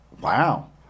Wow